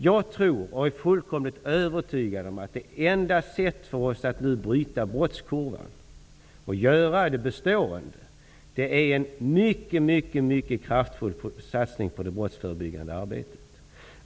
Jag är fullkomligt övertygad om att det enda sättet för oss att nu bryta brottskurvan, och få det betående, är att göra en mycket kraftfull satsning på det brottsförebyggande arbetet.